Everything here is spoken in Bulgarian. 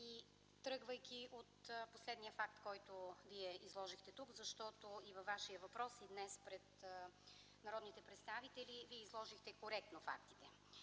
и тръгвайки от последния факт, който Вие изложихте тук, защото и във Вашия въпрос, и днес, пред народните представители, Вие изложихте коректно фактите